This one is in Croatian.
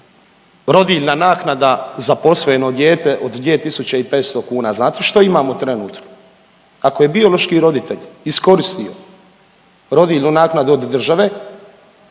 rodiljna naknada za posvojeno dijete od 2.500 kn? Znate što imamo trenutno, ako je biološki roditelj iskoristio rodiljnu naknadu od države